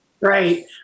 Right